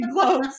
close